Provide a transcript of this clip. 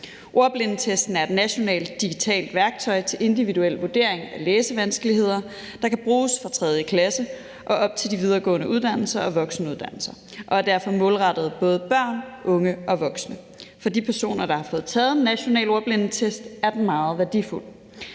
Ordblindetesten er et nationalt digitalt værktøj til individuel vurdering af at læsevanskeligheder, der kan bruges fra 3. klasse og op til de videregående uddannelser og voksenuddannelser, og er derfor målrettet både børn, unge og voksne. For de personer, der har fået taget en national ordblindetest, er den meget værdifuld.